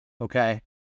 okay